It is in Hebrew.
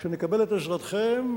שנקבל את עזרתכם,